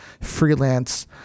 freelance